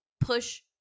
push